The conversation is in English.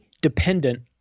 dependent